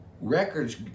records